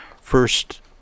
first